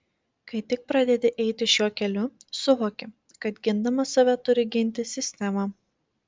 kai tik pradedi eiti šiuo keliu suvoki kad gindamas save turi ginti sistemą